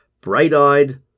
bright-eyed